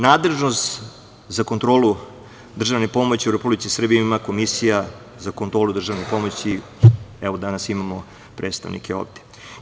Nadležnost za kontrolu državne pomoći u Republici Srbiji ima Komisija za kontrolu državne pomoći, danas imamo predstavnike ovde.